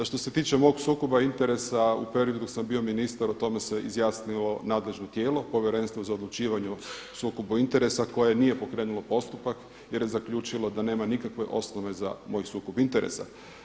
A što se tiče mog sukoba interesa u periodu dok sam bio ministar o tome se izjasnilo nadležno tijelo, Povjerenstvo za odlučivanje o sukobu interesa koje nije pokrenulo postupak jer je zaključilo da nema nikakve osnove za moj sukob interesa.